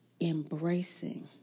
embracing